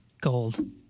gold